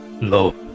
Love